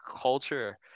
culture